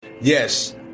yes